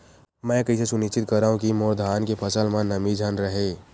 मैं कइसे सुनिश्चित करव कि मोर धान के फसल म नमी झन रहे?